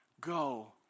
go